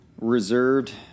reserved